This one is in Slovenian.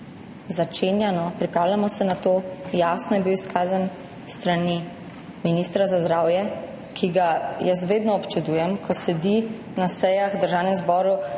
začenja, pripravljamo se na to. Jasno je bil izkazan s strani ministra za zdravje, ki ga jaz vedno občudujem, ko sedi na sejah v Državnem zboru.